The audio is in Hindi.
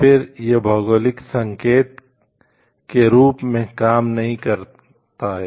फिर यह भौगोलिक संकेतक के रूप में काम नहीं करता है